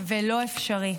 ולא אפשרי.